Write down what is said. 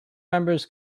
members